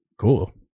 Cool